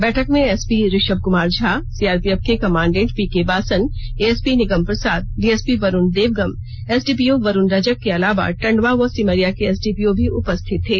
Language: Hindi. बैठक में एसपी ऋषम कुमार झा सीआरपीएफ के commandant PK Basan ASP Nigam Prasad DSP Varun Devgam SDPO Varun Rajak के अलावा टंडवा व सिमरिया के एसडीपीओ भी उपस्थित थे